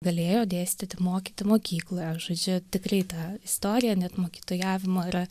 galėjo dėstyti mokyti mokykloje žodžiu tikrai ta istorija net mokytojavimo yra